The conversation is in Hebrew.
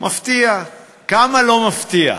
כמה לא מפתיע,